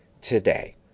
today